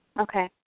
Okay